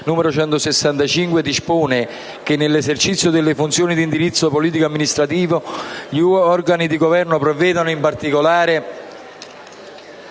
n. 165, dispone che nell'esercizio delle funzioni d'indirizzo politico ed amministrativo gli organi di Governo provvedano in particolare